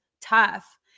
tough